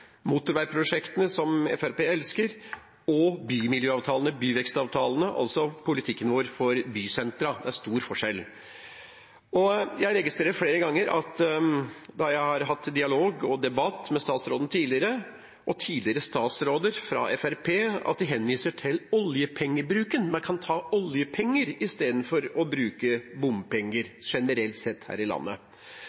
motorveiprosjektene som Fremskrittspartiet elsker, og bymiljøavtalene, byvekstavtalene, altså politikken vår for bysentra. Det er stor forskjell. Jeg har registrert flere ganger at når jeg har hatt dialog og debatt med statsråden tidligere, og tidligere statsråder fra Fremskrittspartiet, henviser de til oljepengebruken, man kan bruke oljepenger istedenfor å ha bompenger